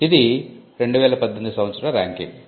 ఇది 2018 సంవత్సర ర్యాంకింగ్